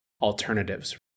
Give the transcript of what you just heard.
alternatives